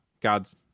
God's